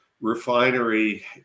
refinery